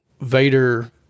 Vader